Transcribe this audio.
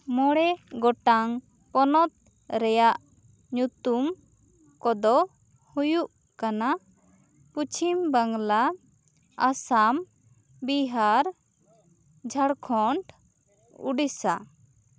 ᱢᱚᱬᱮ ᱜᱚᱴᱟᱝ ᱯᱚᱱᱚᱛ ᱨᱮᱭᱟᱜ ᱧᱩᱛᱩᱢ ᱠᱚ ᱫᱚ ᱦᱩᱭᱩᱜ ᱠᱟᱱᱟ ᱯᱚᱪᱷᱤᱢ ᱵᱟᱝᱞᱟ ᱟᱥᱟᱢ ᱵᱤᱦᱟᱨ ᱡᱷᱟᱲᱠᱷᱚᱸᱰ ᱳᱰᱤᱥᱟ